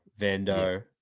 Vando